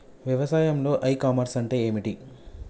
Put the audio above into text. వ్యవసాయంలో e-commerce అంటే ఏమిటి?